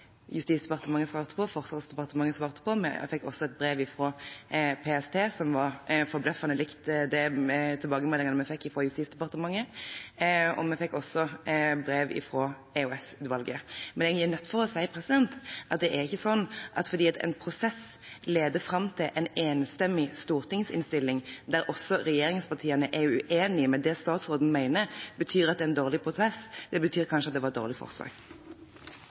Forsvarsdepartementet svarte på. Vi fikk også et brev fra PST som var forbløffende likt de tilbakemeldingene vi fikk fra Justis- og beredskapsdepartementet, og vi fikk brev fra EOS-utvalget. Men jeg er nødt til å si at det ikke er slik at det at en prosess leder fram til en enstemmig stortingsinnstilling der også regjeringspartiene er uenig i det statsråden mener, betyr at det er en dårlig prosess. Det betyr kanskje at det var et dårlig forslag.